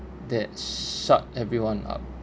that shut everyone up